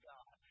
God